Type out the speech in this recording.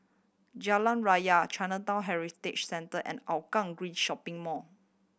Jalan Raya Chinatown Heritage Center and Hougang Green Shopping Mall